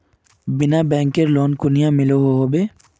बिना बैंकेर लोन कुनियाँ मिलोहो होबे?